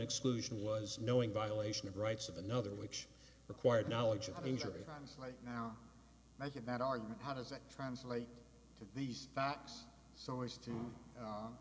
exclusion was knowing violation of rights of another which required knowledge of injury right now i think that argument how does that translate to these facts